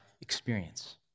experience